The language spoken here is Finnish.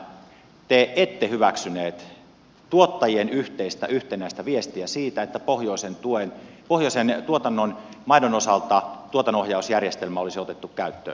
viime perjantaina te ette hyväksynyt tuottajien yhteistä yhtenäistä viestiä siitä että pohjoisen tuotannon maidon osalta tuotannonohjausjärjestelmä olisi otettu käyttöön